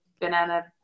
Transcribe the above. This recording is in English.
banana